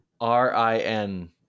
r-i-n